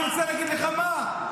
אני רוצה להגיד לך מה,